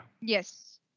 Yes